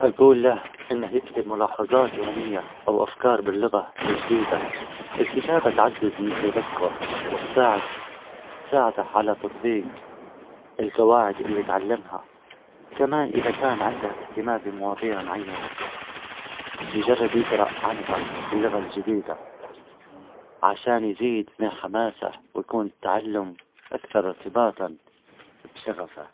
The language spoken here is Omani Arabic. إذا كنت عميل سري بمهمة للتسلل إلى منظمة إجرامية، أول شيء أعمله هو إخفاء هويتي تمامًا وأتأكد من بناء ثقة مع أفراد المجموعة. أتابع تحركاتهم وأراقب سلوكهم عن كثب، وأبحث عن الفرص المناسبة للتسلل بدون لفت الأنظار، وفي نفس الوقت أرسل تقارير دقيقة للمسؤولين.